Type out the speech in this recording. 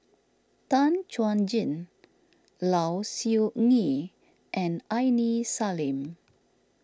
Tan Chuan Jin Low Siew Nghee and Aini Salim